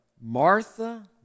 Martha